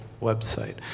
website